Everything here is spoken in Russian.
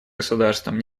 государством